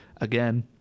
again